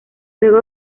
luego